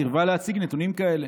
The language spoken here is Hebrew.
סירבה להציג נתונים כאלה.